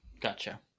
Gotcha